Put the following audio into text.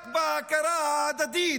רק בהכרה ההדדית